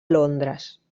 londres